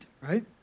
right